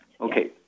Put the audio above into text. Okay